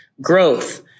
growth